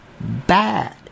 bad